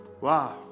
Wow